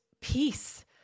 peace